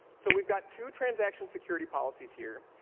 so we've got two transaction security policies here.